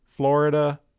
Florida